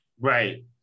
Right